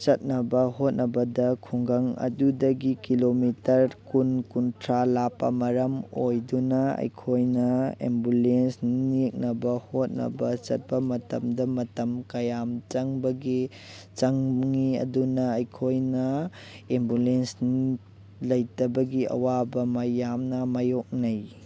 ꯆꯠꯅꯕ ꯍꯣꯠꯅꯕꯗ ꯈꯨꯟꯒꯪ ꯑꯗꯨꯗꯒꯤ ꯀꯤꯂꯣꯃꯤꯇꯔ ꯀꯨꯟ ꯀꯨꯟꯊ꯭ꯔꯥ ꯂꯥꯞꯄ ꯃꯔꯝ ꯑꯣꯏꯗꯨꯅ ꯑꯩꯈꯣꯏꯅ ꯑꯦꯝꯕꯨꯂꯦꯟꯁ ꯅꯦꯛꯅꯕ ꯍꯣꯠꯅꯕ ꯆꯠꯄ ꯃꯇꯝꯗ ꯃꯇꯝ ꯀꯌꯥꯝ ꯆꯪꯕꯒꯤ ꯆꯪꯉꯤ ꯑꯗꯨꯅ ꯑꯩꯈꯣꯏꯅ ꯑꯦꯝꯕꯨꯂꯦꯟꯁ ꯂꯩꯇꯕꯒꯤ ꯑꯋꯥꯕ ꯃꯌꯥꯟꯅ ꯃꯥꯌꯣꯛꯅꯩ